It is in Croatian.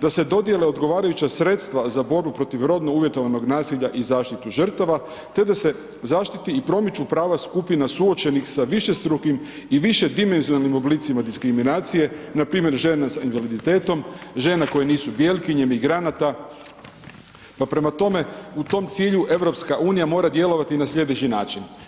da se dodijele odgovarajuća sredstva za borbu protiv rodno uvjetovanog nasilja i zaštitu žrtava te da se zaštiti i promiču prava skupina suočenih sa višestrukim i višedimenzionalnim oblicima diskriminacije, npr. žena s invaliditetom, žene koja nisu bjelkinje, migranata, pa prema tome, u tom cilju EU mora djelovati na sljedeći način.